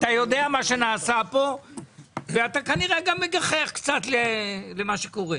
אתה יודע מה נעשה כאן ואתה כנראה גם קצת מגחך בגלל מה שקורה.